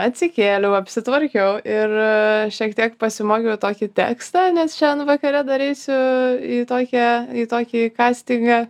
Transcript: atsikėliau apsitvarkiau ir šiek tiek pasimokiau tokį tekstą nes šiandien vakare dar eisiu į tokią į tokį kastingą